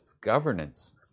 governance